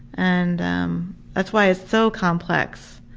and um that's why it's so complex,